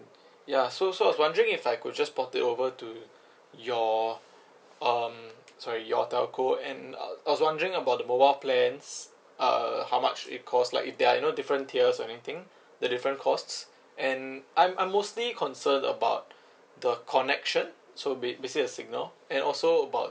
ya so so I was wondering if I could just port it over to your um sorry your telco and uh I was wondering about the mobile plans uh how much it cost like if there are you know different tiers or anything the different costs and I'm I'm mostly concerned about the connection so ba~ basically the signal and also about